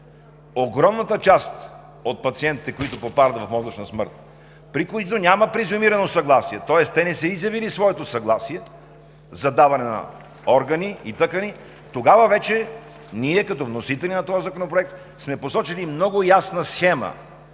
огромната част от пациентите, които попадат в мозъчна смърт, при които няма презюмирано съгласие, тоест те не са изявили своето съгласие за даване на органи и тъкани, тогава вече като вносители на този законопроект сме посочили много ясна схема,